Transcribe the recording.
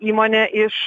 įmonę iš